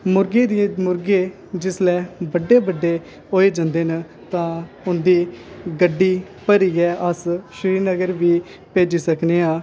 मुर्गे जिसले बड्डे बड्डे होई जंदे न तां इंदी गड्डी भरियै अस श्रीनगर बी भेजी सकने आं